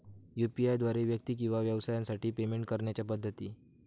UPI द्वारे व्यक्ती किंवा व्यवसायांसाठी पेमेंट करण्याच्या पद्धती